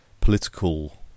political